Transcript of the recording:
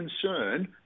concern